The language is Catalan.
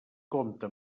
compta